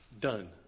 Done